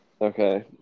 Okay